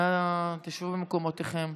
אנא שבו במקומותיכם.